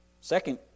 Second